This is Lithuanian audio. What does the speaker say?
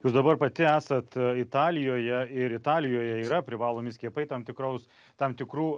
jūs dabar pati esat italijoje ir italijoje yra privalomi skiepai tam tikros tam tikrų